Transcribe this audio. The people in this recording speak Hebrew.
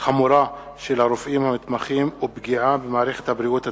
חמורה של הרופאים המתמחים ופגיעה במערכת הבריאות הציבורית,